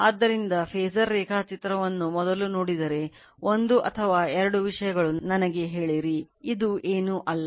ಆದ್ದರಿಂದ ಫಾಸರ್ ರೇಖಾಚಿತ್ರವನ್ನು ಮೊದಲು ನೋಡಿದರೆ ಒಂದು ಅಥವಾ ಎರಡು ವಿಷಯಗಳು ನನಗೆ ಹೇಳಿರಿ ಇದು ಏನೂ ಅಲ್ಲ